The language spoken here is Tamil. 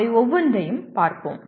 அவை ஒவ்வொன்றையும் பார்ப்போம்